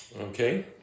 Okay